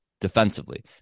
defensively